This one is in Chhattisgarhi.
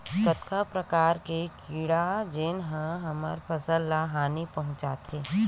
कतका प्रकार के कीड़ा जेन ह हमर फसल ल हानि पहुंचाथे?